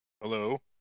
Hello